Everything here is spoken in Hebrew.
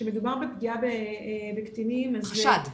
חשד כמובן.